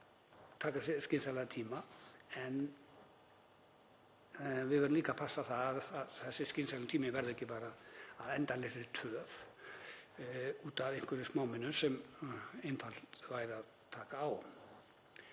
taka sér skynsamlegan tíma en við verðum líka að passa að þessi skynsamlegi tími verði ekki að endalausri töf út af einhverjum smámunum sem einfalt væri að taka á.